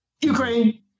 Ukraine